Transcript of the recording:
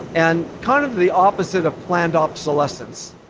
and kind of the opposite of planned obsolescence